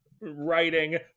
writing